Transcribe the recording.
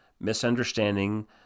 misunderstanding